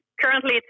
currently